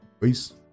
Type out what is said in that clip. Peace